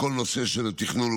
בכל נושא של תכנון ובנייה,